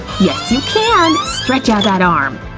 yes, you can, stretch out that arm!